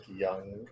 young